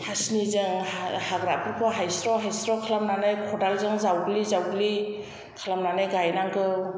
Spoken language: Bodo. हासिनिजों हाग्राफोरखौ हायस्र' हायस्र' खालामनानै खदालजों जावग्लि जावग्लि खालामनानै गायनांगौ